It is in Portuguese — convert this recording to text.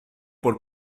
por